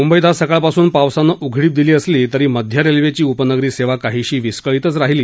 मुंबईत आज सकाळपासून पावसानं उघडीप दिली असली तरी मध्य रेल्वेची उपनगरी सेवा काहीशी विस्कळीतच राहिली